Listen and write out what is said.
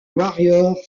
warriors